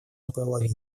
наполовину